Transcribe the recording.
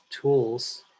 tools